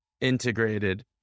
integrated